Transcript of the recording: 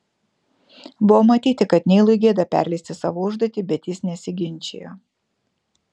buvo matyti kad neilui gėda perleisti savo užduotį bet jis nesiginčijo